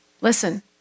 Listen